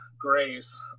grace